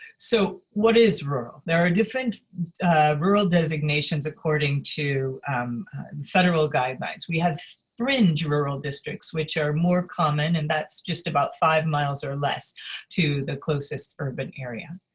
so what is rural? there are different rural designations according to federal guidelines. we have fringe rural districts, which are more common, and that's just about five miles or less to the closest urban area.